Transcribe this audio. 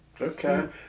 Okay